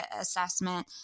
assessment